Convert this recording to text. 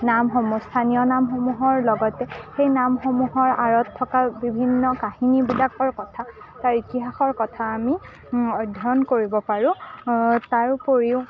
নামসমূহ স্থানীয় নামসমূহৰ লগতে সেই নামসমূহৰ আঁৰত থকা বিভিন্ন কাহিনীবিলাকৰ কথা তাৰ ইতিহাসৰ কথা আমি অধ্যয়ন কৰিব পাৰোঁ তাৰ উপৰিও